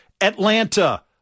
Atlanta